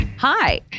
Hi